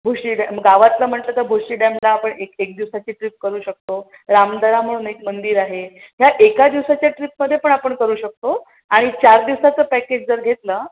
Bhushi dam गावातलं म्हटलं तर भुशी डॅमला आपण एक एक दिवसाची ट्रिप करू शकतो रामदरा म्हणून एक मंदिर आहे ह्या एका दिवसाच्या ट्रीपमध्ये पण आपण करू शकतो आणि चार दिवसाचं पॅकेज जर घेतलं